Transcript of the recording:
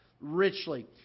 richly